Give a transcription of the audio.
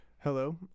Hello